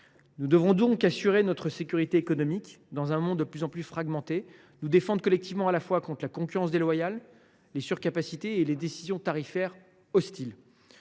Nous devons donc assurer notre sécurité économique et, dans un monde de plus en plus fragmenté, nous défendre collectivement à la fois contre la concurrence déloyale, les surcapacités et les décisions tarifaires hostiles.